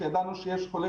כשידענו שיש חולה,